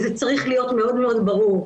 וזה צריך להיות מאוד מאוד ברור,